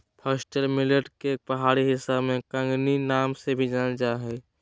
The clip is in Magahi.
फॉक्सटेल मिलेट के पहाड़ी हिस्सा में कंगनी नाम से भी जानल जा हइ